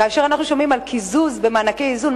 כאשר אנחנו שומעים על קיזוז במענקי איזון,